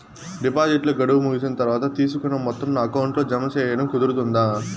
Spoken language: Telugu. డిపాజిట్లు గడువు ముగిసిన తర్వాత, తీసుకున్న మొత్తం నా అకౌంట్ లో జామ సేయడం కుదురుతుందా?